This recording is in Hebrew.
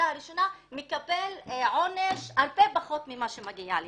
העבירה הראשונה מקבלים עונש הרבה פחות ממה שמגיע.